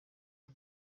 rwo